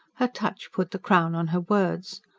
her touch put the crown on her words.